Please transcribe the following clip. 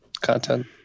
content